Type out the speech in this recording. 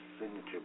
signature